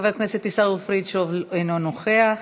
חבר הכנסת עיסאווי פריג' אינו נוכח,